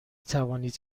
توانید